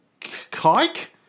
Kike